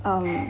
um